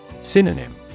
Synonym